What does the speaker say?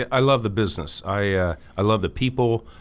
i love the business. i i love the people.